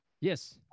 Yes